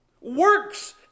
Works